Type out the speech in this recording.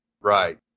Right